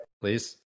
Please